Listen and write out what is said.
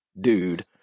dude